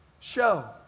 show